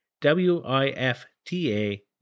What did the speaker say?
W-I-F-T-A